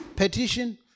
petition